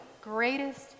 greatest